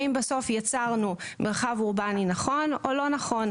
האם בסוף יצרנו מרחב אורבני נכון או לא נכון,